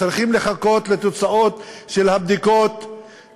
צריכים לחכות לתוצאות של הבדיקות,